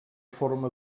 forma